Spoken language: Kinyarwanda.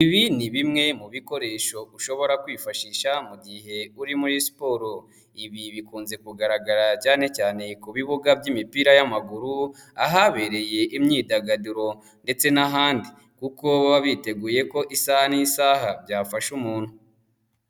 Ibi ni bimwe mu bikoresho ushobora kwifashisha mu gihe uri muri siporo, ibi bikunze kugaragara cyane cyane ku bibuga by'imipira y'amaguru, ahabereye imyidagaduro ndetse n'ahandi, kuko baba biteguye ko isaha n'isaha byafasha umuntu.